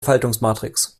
faltungsmatrix